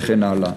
וכן הלאה.